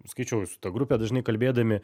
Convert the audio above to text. skaičiau jūsų tą grupę dažnai kalbėdami